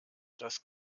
das